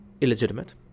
illegitimate